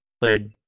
played